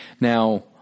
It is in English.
Now